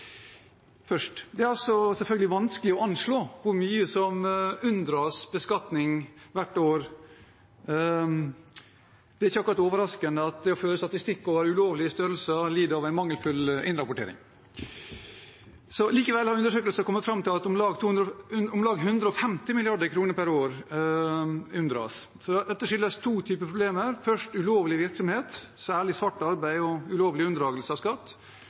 Det er selvfølgelig vanskelig å anslå hvor mye som unndras beskatning hvert år. Det er ikke akkurat overraskende at det å føre statistikk over ulovlige størrelser lider under mangelfull innrapportering. Likevel har undersøkelser kommet fram til at om lag 150 mrd. kr unndras per år. Dette skyldes to typer problemer: ulovlig virksomhet, særlig svart arbeid og ulovlig unndragelse av skatt,